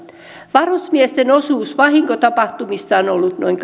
varusmiesten osuus vahinkotapahtumista on ollut noin